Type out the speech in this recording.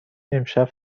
امشب